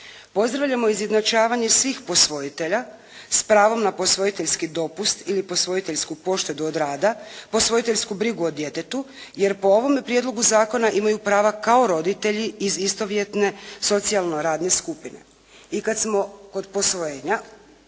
Pozdravljamo izjednačavanje svih posvojitelja s pravom na posvojiteljski dopust ili posvojiteljsku poštedu od rada, posvojiteljsku brigu o djetetu, jer po ovome prijedlogu zakona imaju prava kao roditelji iz istovjetne socijalno radne skupine. I kad smo kod posvojenja